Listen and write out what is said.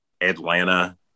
Atlanta